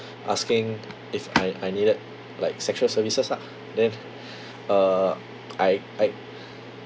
asking if I I needed like sexual services ah then uh I I